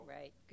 right